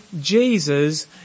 Jesus